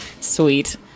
sweet